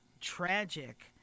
tragic